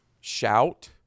shout